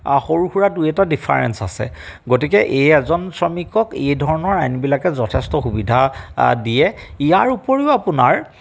সৰু সুৰা দুই এটা ডিফাৰেঞ্চ আছে গতিকে এই এজন শ্ৰমিকক এই ধৰণৰ আইনবিলাকে যথেষ্ট সুবিধা দিয়ে ইয়াৰ উপৰিও আপোনাৰ